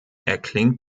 erklingt